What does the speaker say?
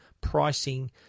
pricing